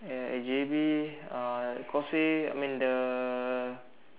and at J_B uh causeway I mean the